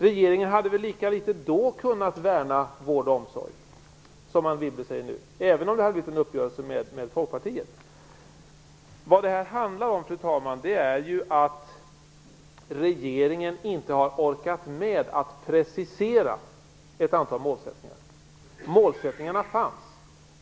Regeringen hade väl kunnat värna vård och omsorg lika litet då som Anne Wibble säger att den kan nu, även om det hade blivit en uppgörelse med Folkpartiet? Fru talman! Detta handlar om att regeringen inte har orkat med att precisera ett antal målsättningar. Men målsättningarna fanns.